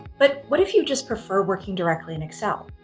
but what if you just prefer working directly in excel?